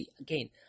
again